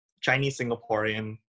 Chinese-Singaporean